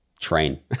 train